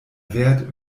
wert